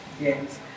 Yes